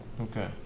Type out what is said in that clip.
Okay